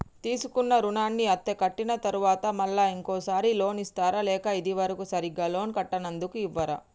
తీసుకున్న రుణాన్ని అత్తే కట్టిన తరువాత మళ్ళా ఇంకో సారి లోన్ ఇస్తారా లేక ఇది వరకు సరిగ్గా లోన్ కట్టనందుకు ఇవ్వరా?